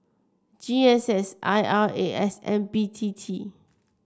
G S S I R A S and B T T